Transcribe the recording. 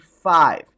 five